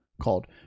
called